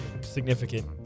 significant